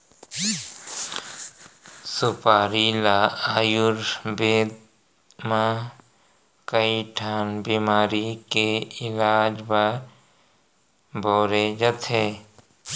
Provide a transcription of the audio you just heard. सुपारी ल आयुरबेद म कइ ठन बेमारी के इलाज बर बउरे जाथे